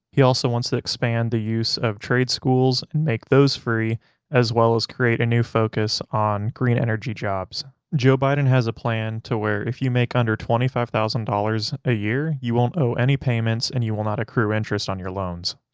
he also wants to expand the use of trade schools and make those free as well as create a new focus on green energy jobs. joe biden has a plan to where if you make under twenty five thousand dollars a year, you won't owe any payments and you will not accrue interest on your loans.